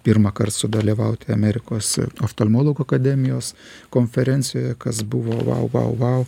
pirmąkart sudalyvauti amerikos oftalmologų akademijos konferencijoje kas buvo vau vau vau